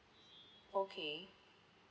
okay